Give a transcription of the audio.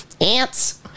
Ants